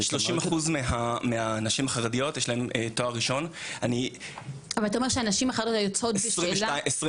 כ-22% מהחרדיות יש להן תואר ראשון, יש בעיית